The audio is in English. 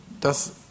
dass